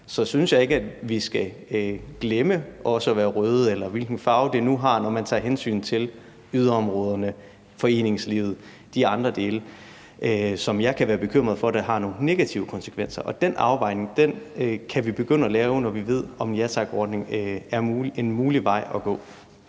synes jeg ikke, at vi skal glemme også at være røde – eller hvilken farve det nu er, når man tager hensyn til yderområderne, foreningslivet, altså de andre dele, hvor jeg kan være bekymret for, at det har nogle negative konsekvenser. Den afvejning kan vi begynde at lave, når vi ved, om ja tak-ordningen er en mulig vej at gå.